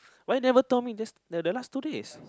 why never told me that's the last two days